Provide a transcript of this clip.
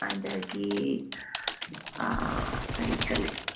ꯑꯗꯒꯤ ꯀꯔꯤ ꯀꯔꯤ